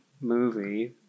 movie